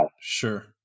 sure